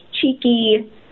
cheeky